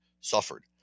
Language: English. suffered